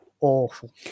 Awful